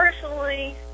personally